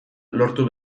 lortu